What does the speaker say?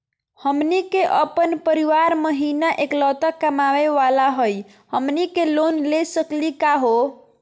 हमनी के अपन परीवार महिना एकलौता कमावे वाला हई, हमनी के लोन ले सकली का हो?